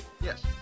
Yes